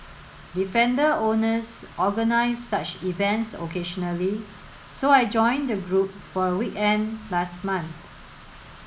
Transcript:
defender owners organise such events occasionally so I joined the group for a weekend last month